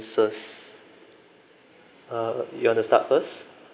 uh you want to start first